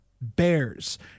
Bears